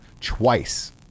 twice